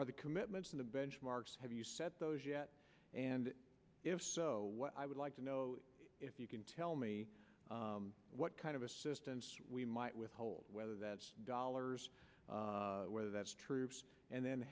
are the commitments of the benchmarks have you set those yet and if so i would like to know if you can tell me what kind of assistance we might withhold whether that's dollars whether that's true and then